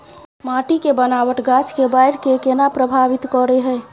माटी के बनावट गाछ के बाइढ़ के केना प्रभावित करय हय?